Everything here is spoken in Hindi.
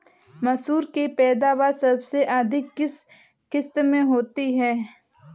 मसूर की पैदावार सबसे अधिक किस किश्त में होती है?